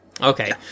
Okay